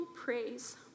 praise